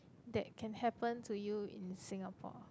that can happen to you in Singapore